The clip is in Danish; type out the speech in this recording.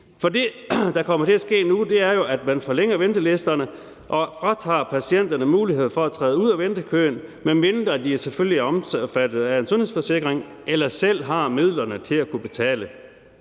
Det, der kommer til at ske nu, er jo, at man forlænger ventelisterne og fratager patienterne mulighed for at træde ud af ventekøen, medmindre de selvfølgelig er omfattet af en sundhedsforsikring eller selv har midlerne til at kunne betale.